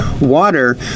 water